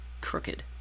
crooked